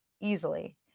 easily